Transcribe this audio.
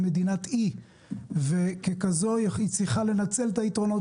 היא מדינת אי וככזאת היא צריכה לנצל את היתרונות